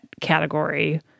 category